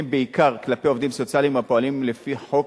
בעיקר כלפי עובדים סוציאליים הפועלים לפי חוק,